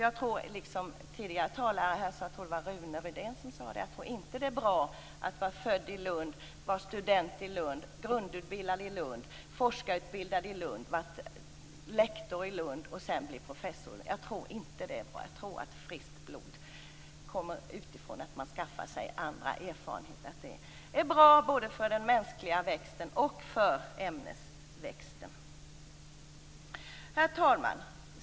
Jag tror liksom tidigare talare här sagt - jag tror det var Rune Rydén - att det inte är bra att vara född i Lund, vara student i Lund, vara grundutbildad och forskarutbildad i Lund, vara lektor och sedan bli professor i Lund. Jag tror att det är bra med friskt blod utifrån, att man skaffar sig andra erfarenheter. Det är bra både för den mänskliga växten och för ämnesväxten. Herr talman!